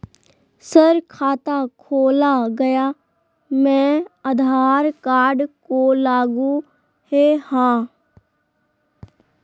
Sir खाता खोला गया मैं आधार कार्ड को लागू है हां?